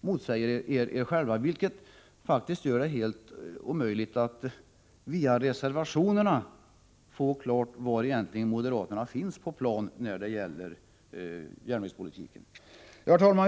motsäger er själva, vilket faktiskt gör det helt omöjligt att via reservationerna få klart för sig var på plan moderaterna egentligen finns när det gäller järnvägspolitiken. Herr talman!